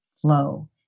flow